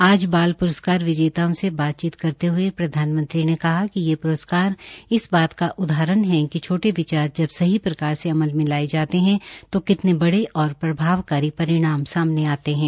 आज बाल प्रस्कार विजेताओं से बातचीत करते हये प्रधानमंत्री ने कहा कि ये प्रस्कार इस बात का उदाहरण है कि छोटे विचार जब सही प्रकार से अमल में लाये जाते है तो कितने बडे और प्रभावकारी परिणाम सामने आते है